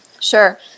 Sure